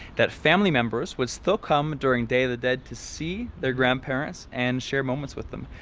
that family members would still come during day the dead to see their grandparents and share moments with them.